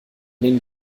den